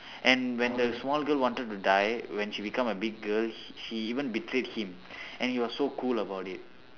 and when the small girl wanted to die when she become a big girl he even betrayed him and he was so cool about it